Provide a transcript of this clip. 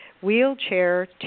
Wheelchair